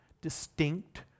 distinct